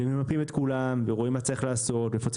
ממפים את כולם ורואים מה צריך לעשות; איפה צריך